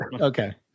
Okay